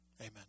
Amen